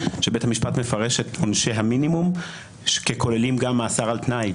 שבית המשפט מפרש את עונשי המינימום ככוללים גם מאסר על תנאי,